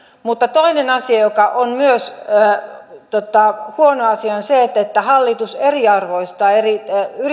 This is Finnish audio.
mutta toinen asia joka on myös huono asia on se että hallitus eriarvoistaa eri